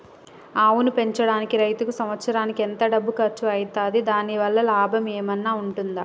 ఆవును పెంచడానికి రైతుకు సంవత్సరానికి ఎంత డబ్బు ఖర్చు అయితది? దాని వల్ల లాభం ఏమన్నా ఉంటుందా?